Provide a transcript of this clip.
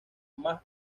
más